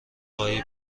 خواهی